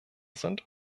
sind